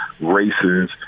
races